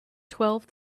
twelve